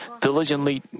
diligently